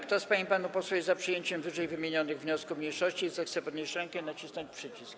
Kto z pań i panów posłów jest za przyjęciem ww. wniosków mniejszości, zechce podnieść rękę i nacisnąć przycisk.